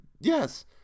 yes